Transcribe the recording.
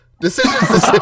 decisions